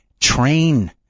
train